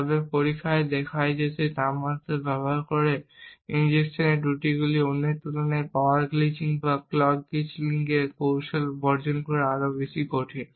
তবে পরীক্ষায় দেখায় যে তাপমাত্রা ব্যবহার করে ইনজেকশনের ত্রুটিগুলি অন্যের তুলনায় পাওয়ার গ্লিচিং বা ক্লক গ্লিচিং এর কৌশল অর্জন করা আরও কঠিন